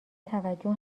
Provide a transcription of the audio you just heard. توجه